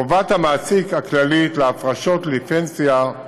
חובת המעסיק הכללית להפרשות לפנסיה חלה